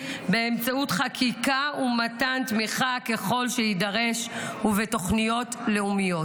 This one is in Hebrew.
באמצעות חקיקה ומתן תמיכה ככל שיידרש ובתוכניות לאומיות.